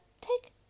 take